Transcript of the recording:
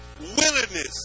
willingness